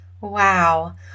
Wow